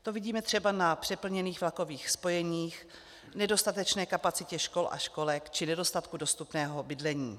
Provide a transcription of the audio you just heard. To vidíme třeba na přeplněných vlakových spojeních, v nedostatečné kapacitě škol a školek či nedostatku dostupného bydlení.